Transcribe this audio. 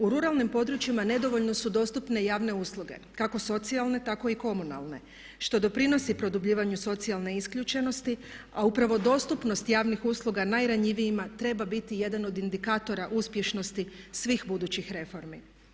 U ruralnim područjima nedovoljno su dostupne javne usluge kako socijalne tako i komunalne što doprinosi produbljivanju socijalne isključenosti a upravo dostupnost javnih usluga najranjivijima treba biti jedan od indikatora uspješnosti svih budućih reformi.